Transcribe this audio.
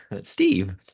Steve